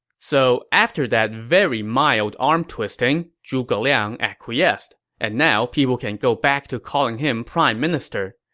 so after that very mild arm-twisting, zhuge liang acquiesced. and now people can go back to calling him prime minister,